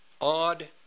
odd